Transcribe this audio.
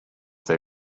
they